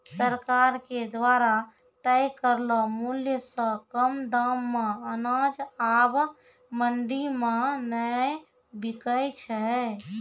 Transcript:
सरकार के द्वारा तय करलो मुल्य सॅ कम दाम मॅ अनाज आबॅ मंडी मॅ नाय बिकै छै